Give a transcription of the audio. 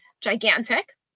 gigantic